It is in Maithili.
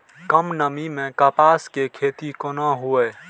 कम नमी मैं कपास के खेती कोना हुऐ?